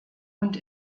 und